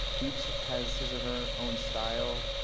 each has his or her own style.